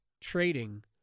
trading